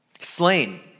Slain